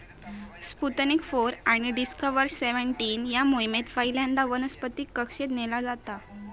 Sputnik four आणि Discover seventeen या मोहिमेत पहिल्यांदा वनस्पतीक कक्षेत नेला जाता